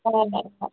ساڑ نو شَتھ